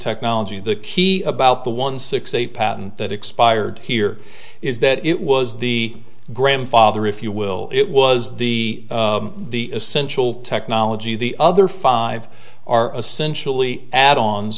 technology the key about the one six eight patent that expired here is that it was the grandfather if you will it was the the essential technology the other five are essentially ad